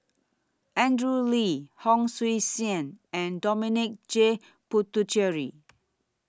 Andrew Lee Hon Sui Sen and Dominic J Puthucheary